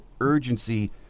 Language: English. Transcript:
urgency